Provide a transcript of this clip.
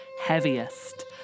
heaviest